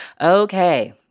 Okay